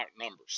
numbers